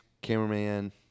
cameraman